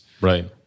Right